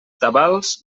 tabals